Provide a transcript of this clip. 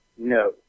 No